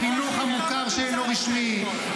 -- החינוך המוכר שאינו רשמי,